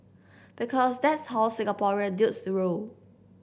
because that's how Singaporean dudes roll